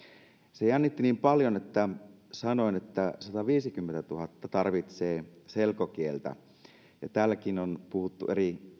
se jännitti niin paljon että sanoin että sataviisikymmentätuhatta tarvitsee selkokieltä ja täälläkin on puhuttu